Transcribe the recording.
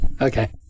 okay